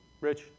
Rich